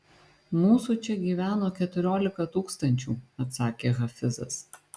mūsų čia gyveno keturiolika tūkstančių atsakė hafizas